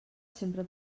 sempre